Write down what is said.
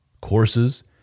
courses